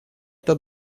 это